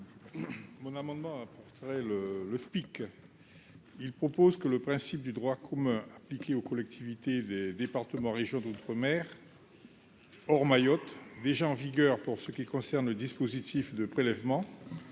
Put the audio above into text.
Mon amendement le le pic, il propose que le principe du droit commun à appliquer aux collectivités, les départements, régions d'outre-mer hors Mayotte déjà en vigueur pour ce qui concerne le dispositif de prélèvement